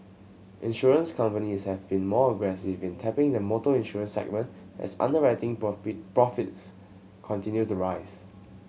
insurance companies have been more aggressive in tapping the motor insurance segment as underwriting profit profits continues to rise